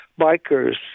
bikers